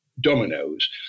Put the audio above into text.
dominoes